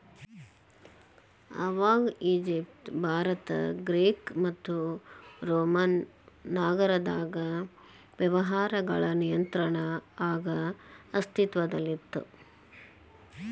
ಆವಾಗ Egypt Bharat Greek ಮತ್ತು Roman ನಾಗರದಾಗ ವ್ಯವಹಾರಗಳ ನಿಯಂತ್ರಣ ಆಗ ಅಸ್ತಿತ್ವದಲ್ಲಿತ್ತ